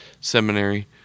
Seminary